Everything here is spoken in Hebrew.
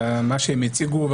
מה שהם הציגו,